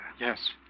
Yes